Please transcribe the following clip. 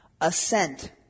ascent